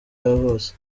yavutse